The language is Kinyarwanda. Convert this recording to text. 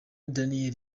daniels